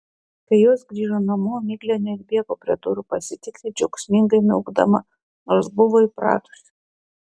kai jos grįžo namo miglė neatbėgo prie durų pasitikti džiaugsmingai miaukdama nors buvo įpratusi